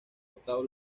octavo